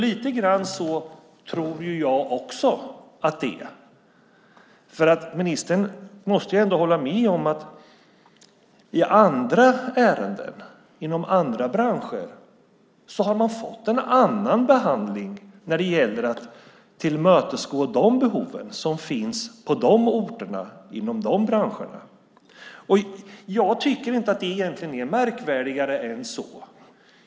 Lite grann så tror jag också att det är. Ministern måste ändå hålla med om att andra branscher på andra orter har fått en annan behandling när det gällt att tillmötesgå de behov som funnits inom de branscherna och på de orterna. Jag tycker egentligen inte att det är märkvärdigare än så.